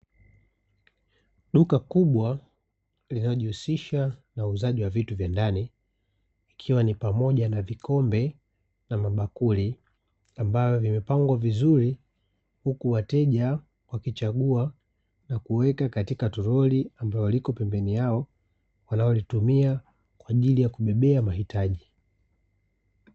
Duka kubwa linalojihusisha na uuzaji wa vitu vya ndani, ikiwa ni pamoja na vikombe na mabakuli, ambavyo vimepangwa vizuri, huku wateja wakichagua na kuweka katika toroli ambalo lipo pembeni yao wanalolitumia kwa ajili ya kubebea mahitaji.